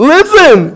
Listen